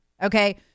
Okay